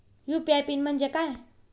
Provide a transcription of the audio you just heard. UPI PIN म्हणजे काय?